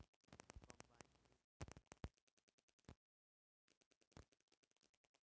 combine के इस्तेमाल से गेहूँ के कटाई खातिर कईल जाला